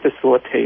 facilitate